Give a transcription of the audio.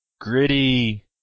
gritty